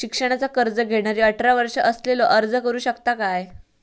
शिक्षणाचा कर्ज घेणारो अठरा वर्ष असलेलो अर्ज करू शकता काय?